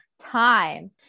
time